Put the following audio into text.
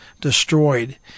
destroyed